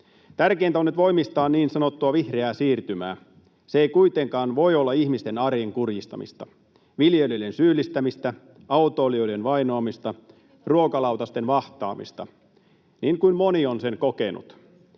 Tärkeintä on nyt voimistaa niin sanottua vihreää siirtymää. Se ei kuitenkaan voi olla ihmisten arjen kurjistamista, viljelijöiden syyllistämistä, autoilijoiden vainoamista, [Riikka Purran välihuuto] ruokalautasten vahtaamista niin kuin moni on sen kokenut.